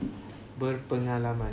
berpengalaman